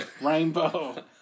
rainbow